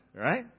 right